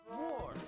war